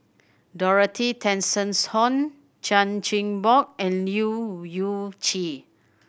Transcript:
Dorothy Tessensohn Chan Chin Bock and Leu Yew Chye